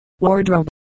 Wardrobe